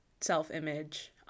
self-image